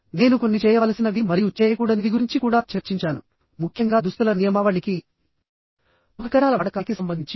నేను కొన్ని చేయవలసినవి మరియు చేయకూడనివి గురించి కూడా చర్చించానుముఖ్యంగా దుస్తుల నియమావళికి సంబంధించిరూపానికి సంబంధించిఉపకరణాల వాడకానికి సంబంధించి